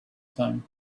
time